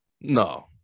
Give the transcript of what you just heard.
No